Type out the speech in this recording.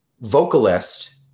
vocalist